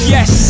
Yes